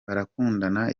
barakundana